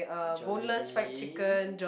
jollibee